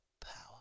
power